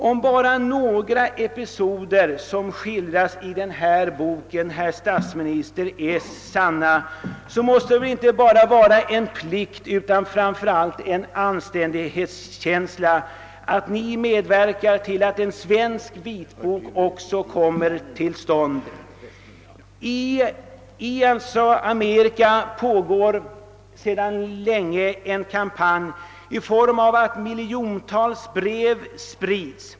Om också endast några episoder som skildrats i den baltiska vitboken jag talat om är sanna, herr statsminister, måste det vara inte bara en plikt utan framför allt en åtgärd av anständighet att ni medverkar till att en svensk vitbok också kommer till stånd. I Amerika pågår sedan länge en kampanj, som tar sig uttryck i att miljontals brev sprides.